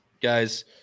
guys